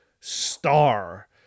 star